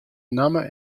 namme